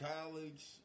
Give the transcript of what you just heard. college